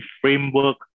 framework